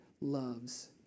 loves